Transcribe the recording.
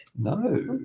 No